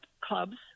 clubs